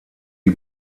die